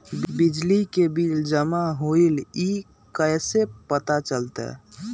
बिजली के बिल जमा होईल ई कैसे पता चलतै?